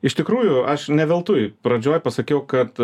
iš tikrųjų aš ne veltui pradžioj pasakiau kad